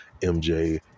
MJ